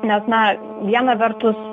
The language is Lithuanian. nes na viena vertus